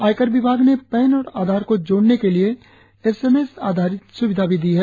आयकर विभाग ने पेन और आधार को जोड़ने के लिए एस एम एस आधारित सुविधा भी दी है